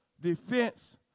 defense